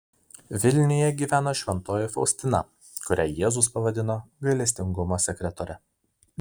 vilniuje gyveno šventoji faustina kurią jėzus pavadino gailestingumo sekretore